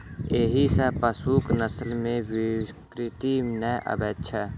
एहि सॅ पशुक नस्ल मे विकृति नै आबैत छै